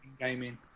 gaming